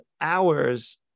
hours